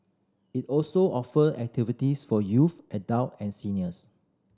it also offer activities for youth adult and seniors